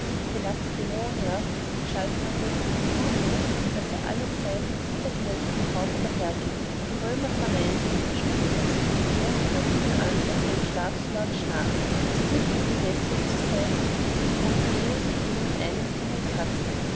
die lacedämonier schalten an ihrem lycurgo daß er allezeit mit niedergeneigtem haupt dahergieng die römer vermeinten es stünde dem scipioni gar übel an daß er im schlaf so laut schnarche es dünkte sie häßlich zu sein daß sich pompejus nur mit einem finger kratzte